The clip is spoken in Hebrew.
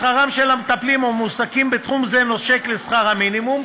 שכרם של המטפלים המועסקים בתחום זה נושק לשכר המינימום,